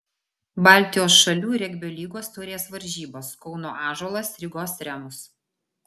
baltijos šalių regbio lygos taurės varžybos kauno ąžuolas rygos remus